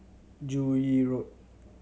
Joo Yee Road